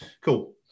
Cool